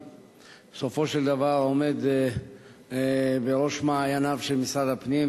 בסופו של דבר עומד בראש מעייניו של משרד הפנים,